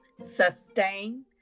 sustain